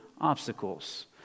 obstacles